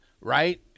right